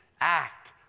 act